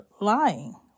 lying